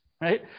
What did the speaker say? Right